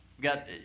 got